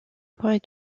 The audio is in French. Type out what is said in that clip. pourrais